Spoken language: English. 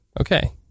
Okay